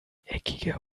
eckige